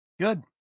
Good